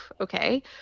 Okay